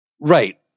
Right